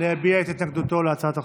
להביע את התנגדותו להצעת החוק.